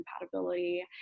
compatibility